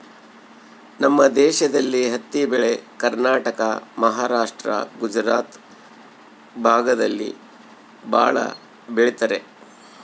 ನಮ್ ದೇಶದಲ್ಲಿ ಹತ್ತಿ ಬೆಳೆ ಕರ್ನಾಟಕ ಮಹಾರಾಷ್ಟ್ರ ಗುಜರಾತ್ ಭಾಗದಲ್ಲಿ ಭಾಳ ಬೆಳಿತರೆ